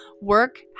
work